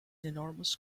enormous